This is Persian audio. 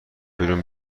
بیرون